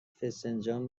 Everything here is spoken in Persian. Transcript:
فسنجان